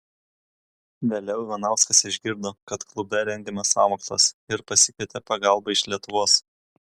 vėliau ivanauskas išgirdo kad klube rengiamas sąmokslas ir pasikvietė pagalbą iš lietuvos